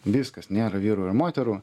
viskas nėra vyrų ir moterų